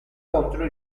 contro